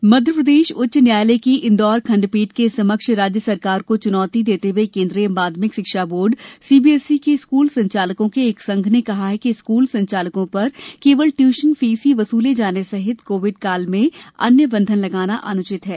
tuition fees Madhya Pradesh उच्च न्यायालय की इंदौर खंडपीठ के समक्ष राज्य सरकार को चुनौती देते हुए केन्द्रीय माध्यमिक शिक्षा बोर्ड सीबीएसई के स्कूल संचालकों के एक संघ ने कहा कि स्कूल संचालकों पर केवल ट्यूशन फीस ही वसूले जाने सहित कोविड काल में अन्य बंधन लगाना अनुचित है